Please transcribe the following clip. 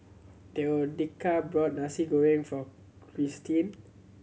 bought Nasi Goreng for Kirstin